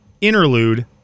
Interlude